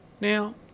Now